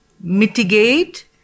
mitigate